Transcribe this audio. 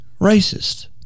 racist